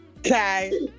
Okay